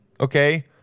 okay